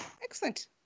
Excellent